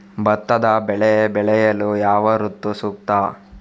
ಭತ್ತದ ಬೆಳೆ ಬೆಳೆಯಲು ಯಾವ ಋತು ಸೂಕ್ತ?